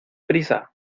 prisa